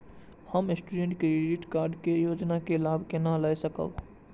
हम student credit card के योजना के लाभ केना लय सकब?